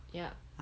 ya